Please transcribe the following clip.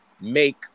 make